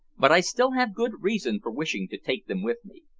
but i still have good reason for wishing to take them with me.